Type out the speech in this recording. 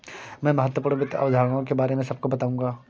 मैं महत्वपूर्ण वित्त अवधारणाओं के बारे में सबको बताऊंगा